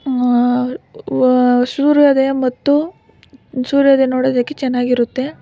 ಸೂರ್ಯೋದಯ ಮತ್ತು ಸೂರ್ಯೋದಯ ನೋಡೋದಕ್ಕೆ ಚೆನ್ನಾಗಿರುತ್ತೆ